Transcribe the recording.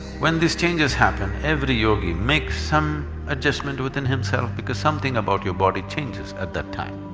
when these changes happen, every yogi make some adjustment within himself because something about your body changes at that time.